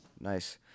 Nice